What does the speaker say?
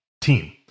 team